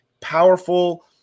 Powerful